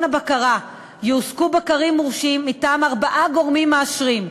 הבקרה יועסקו בקרים מורשים מטעם ארבעה גורמים מאשרים: